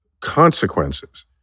consequences